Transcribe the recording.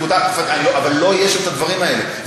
אבל לא יהיו הדברים האלה,